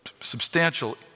substantial